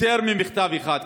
יותר ממכתב אחד.